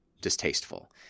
distasteful